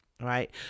Right